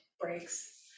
breaks